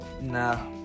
Nah